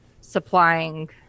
supplying